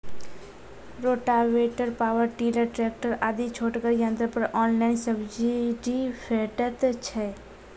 Rotavator, power tiller, tractor आदि छोटगर यंत्र पर ऑनलाइन सब्सिडी भेटैत छै?